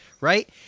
right